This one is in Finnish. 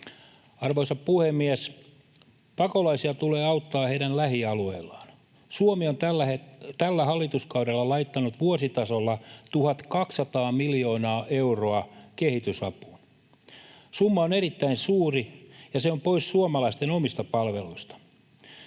Arvoisa puhemies! Pakolaisia tulee auttaa heidän lähialueellaan. Suomi on tällä hallituskaudella laittanut vuositasolla 1 200 miljoonaa euroa kehitysapuun. Summa on erittäin suuri, ja se on pois suomalaisten omista palveluista.